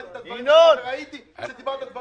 שמעתי את הדברים שלך וראיתי שדיברת דברים טובים.